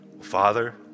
Father